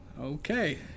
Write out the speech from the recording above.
Okay